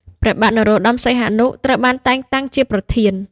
ព្រះបាទនរោត្តម សីហនុ ត្រូវបានតែងតាំងជាប្រធាន ។